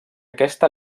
aquesta